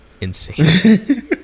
Insane